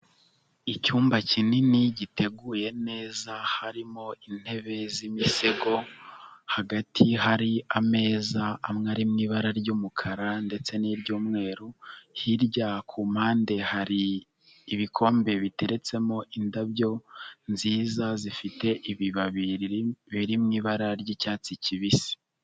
Icyumba kinini giteguye neza harimo intebe z'imisego, hagati hari ameza amwe ari mu ibara ry'umukara ndetse n'iby'umweru, hirya ku mpande hari ibikombe biteretsemo indabyo nziza zifite ibibabi biri mu ibara ry'icyatsi kibisi.